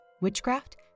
witchcraft